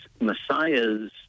Messiah's